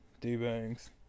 D-Bangs